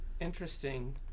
interesting